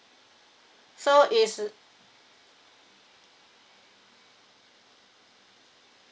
so it's